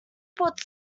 put